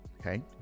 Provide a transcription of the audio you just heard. okay